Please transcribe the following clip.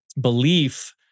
belief